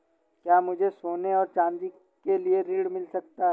क्या मुझे सोने और चाँदी के लिए ऋण मिल सकता है?